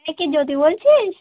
হ্যাঁ কে জ্যোতি বলছিস